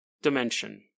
Dimension